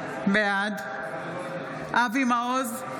בעד אבי מעוז,